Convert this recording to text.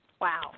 Wow